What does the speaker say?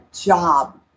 job